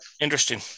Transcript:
Interesting